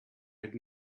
had